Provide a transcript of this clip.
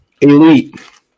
elite